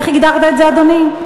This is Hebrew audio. איך הגדרת את זה, אדוני?